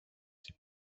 die